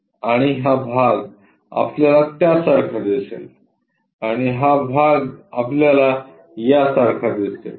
आणि हा भाग आपल्याला त्यासारखा दिसेल आणि हा भाग आपल्याला यासारखा दिसेल